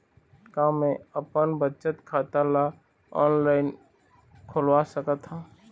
का मैं अपन बचत खाता ला ऑनलाइन खोलवा सकत ह?